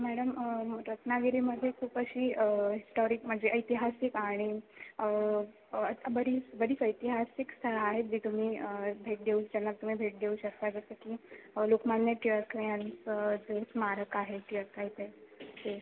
madam रत्नागिरीमध्ये खूप अशी हिस्टॉरिक म्हणजे ऐतिहासिक आणि बरीच बरीच ऐतिहासिक स्थळं आहेत जी तुम्ही भेट देऊ ज्यांना तुम्ही भेट देऊ शकता जसं की लोकमान्य टिळक यांचं जे स्मारक आहे टिळक राहायचे ते